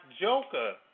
Joker